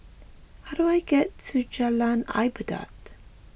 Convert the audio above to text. how do I get to Jalan Ibadat